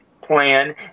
plan